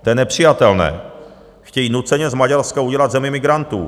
To je nepřijatelné, chtějí nuceně z Maďarska udělat zemi migrantů.